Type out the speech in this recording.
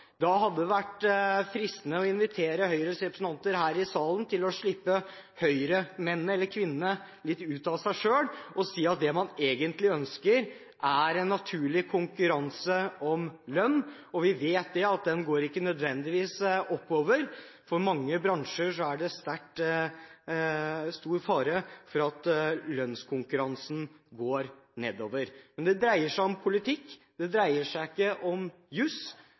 å slippe Høyre-mennene og Høyre-kvinnene ut og si at det man egentlig ønsker, er en naturlig konkurranse om lønn, og vi vet at den ikke nødvendigvis går oppover. For mange bransjer er det stor fare for at den går nedover. Men det dreier seg om politikk, det dreier seg ikke om juss.